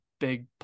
big